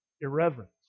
irreverence